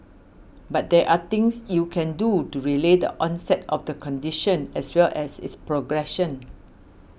but there are things you can do to delay the onset of the condition as well as its progression